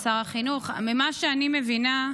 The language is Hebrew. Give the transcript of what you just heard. שר החינוך, ממה שאני מבינה,